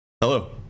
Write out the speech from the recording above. Hello